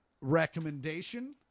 recommendation